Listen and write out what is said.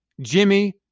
Jimmy